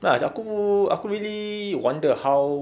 but aku aku really wonder how